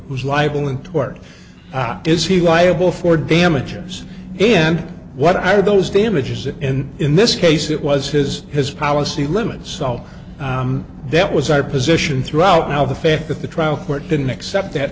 was libel in tort is he liable for damages and what are those damages and in this case it was his his policy limits so that was our position throughout now the fact that the trial court didn't accept that